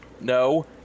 No